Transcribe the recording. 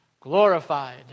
glorified